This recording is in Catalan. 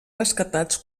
rescatats